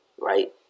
right